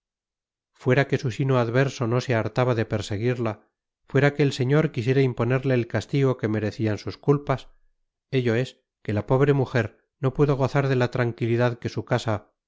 fuera que su sino adverso no se hartaba de perseguirla fuera que el señor quisiera imponerle el castigo que merecían sus culpas ello es que la pobre mujer no pudo gozar de la tranquilidad que su casa